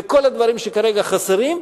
וכל הדברים שכרגע חסרים,